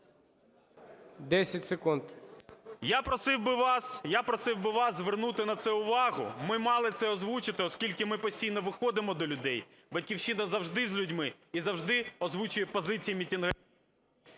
В.Є. Я просив би вас звернути на це увагу. Ми мали це озвучити, оскільки ми постійно виходимо до людей, "Батьківщина" завжди з людьми і завжди озвучує позиції мітингарів.